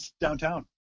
downtown